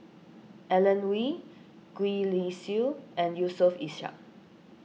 Alan Oei Gwee Li Sui and Yusof Ishak